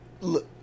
Look